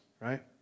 Right